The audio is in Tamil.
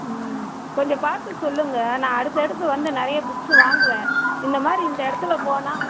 ம் கொஞ்சம் பார்த்து சொல்லுங்கள் நான் அடுத்து அடுத்து வந்து நிறைய புக்ஸு வாங்குவேன் இந்த மாதிரி இந்த இடத்துல போனால்